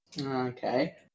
Okay